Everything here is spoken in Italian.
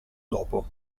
dopo